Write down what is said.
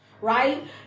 right